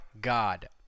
god